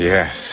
Yes